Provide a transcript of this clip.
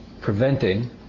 preventing